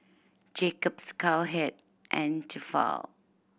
Jacob's Cowhead and Tefal